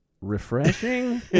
refreshing